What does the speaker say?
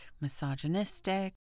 misogynistic